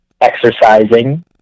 exercising